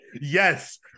Yes